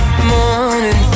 Morning